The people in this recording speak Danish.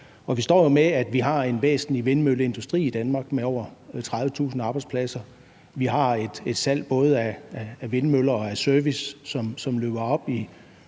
vi har en væsentlig vindmølleindustri i Danmark med over 30.000 arbejdspladser, vi har et salg både af vindmøller og af service, som løber op i